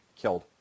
killed